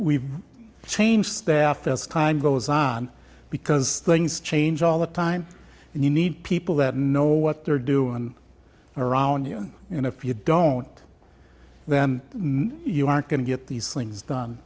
we've changed staff as time goes on because things change all the time and you need people that know what they're doing around you and if you don't then you aren't going to get these things done